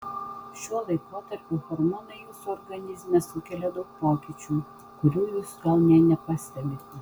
šiuo laikotarpiu hormonai jūsų organizme sukelia daug pokyčių kurių jūs gal nė nepastebite